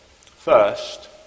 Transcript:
First